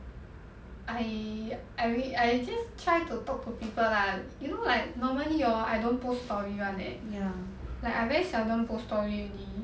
I I re~ I just try to talk to people lah you know like normally hor I don't post story [one] leh like I very seldom post story already